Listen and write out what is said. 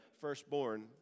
firstborn